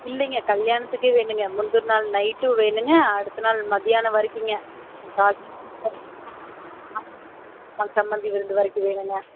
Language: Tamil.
இல்லைங்க கல்யாணத்துக்கே வேணுங்க முந்தின நாள் நைட்டும் வேணுங்க அடுத்த நாள் மதியானம் வரைக்குங்க ம் காலையில் டிஃபன் ஆமாம் ஆமாம் சம்மந்தி விருந்து வரைக்கும் வேணுங்க